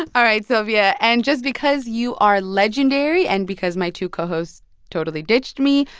all right, sylvia. and just because you are legendary and because my two co-hosts totally ditched me,